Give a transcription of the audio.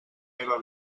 meva